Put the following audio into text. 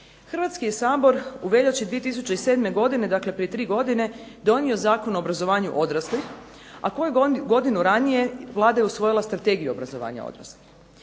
Hrvatski je sabor u veljači 2007. godine, dakle prije tri godine, donio Zakon o obrazovanju odraslih a koju godinu ranije Vlada je usvojila Strategiju obrazovanja odraslih.